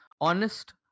honest